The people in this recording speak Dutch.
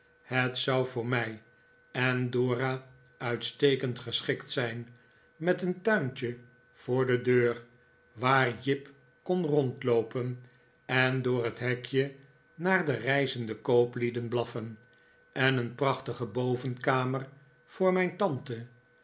het zou voor mij en dora uitstekend geschikt zijn met een tuintje voor de deur waar jip kon rondloopen en door het hekje naar de reizende kooplieden blaffen en een prachtige bovenkamer voor mijn tante